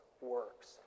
works